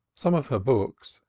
some of her books,